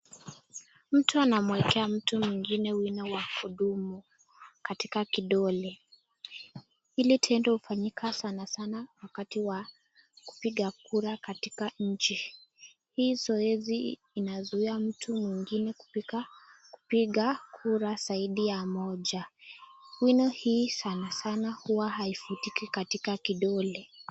Mtu anamwekea mtu mwengine wino wa kudumu katka kidole. Hili tendo hufanyika sanasana wakati wa kupiga kura katika nchi. Hii zoezi inazuia mtu mwengine kupiga kura zaidi ya moja. Wino hii sanasana huwa haifutiki katika kidole.